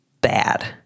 bad